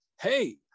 Hey